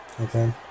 Okay